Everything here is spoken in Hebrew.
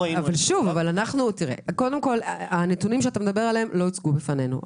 הנתונים שאתה מדבר עליהם לא הוצגו בפנינו.